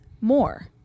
more